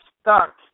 stuck